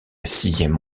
sixième